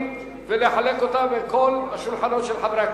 ולחלק אותה בכל השולחנות של חברי הכנסת.